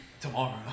Tomorrow